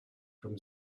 from